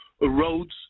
roads